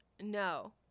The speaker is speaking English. no